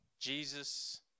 Jesus